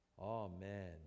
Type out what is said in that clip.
Amen